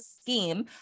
scheme